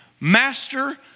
Master